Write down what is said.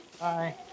Bye